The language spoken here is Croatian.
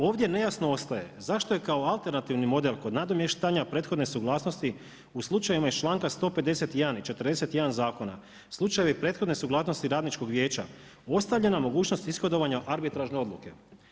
Ovdje nejasno ostaje zašto je kao alternativni model kod nadomještanja prethodne suglasnosti u slučajevima iz članka 151. i 41. zakona, slučajevi prethodne suglasnosti Radničkog vijeća ostavljena mogućnost ishodovanja arbitražne odluke.